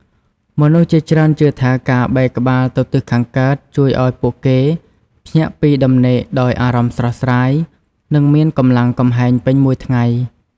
មនុស្សជាច្រើនជឿថា ការបែរក្បាលទៅទិសខាងកើតជួយឱ្យពួកគេភ្ញាក់ពីដំណេកដោយអារម្មណ៍ស្រស់ស្រាយ និងមានកម្លាំងកំហែងពេញមួយថ្ងៃ។